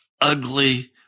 ugly